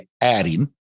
adding